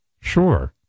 Sure